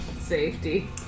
Safety